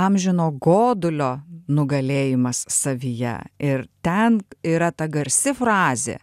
amžino godulio nugalėjimas savyje ir ten yra ta garsi frazė